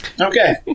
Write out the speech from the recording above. Okay